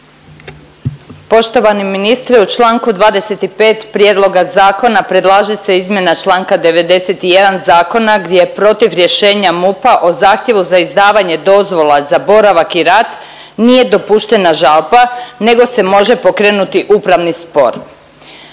Poštovani ministre. U čl. 25. prijedloga zakona predlaže se izmjena čl. 91. zakona gdje protiv rješenja MUP-a o zahtjevu za izdavanje dozvola za boravak i rad nije dopuštena žalba nego se može pokrenuti upravni spor.